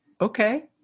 okay